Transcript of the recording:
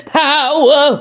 power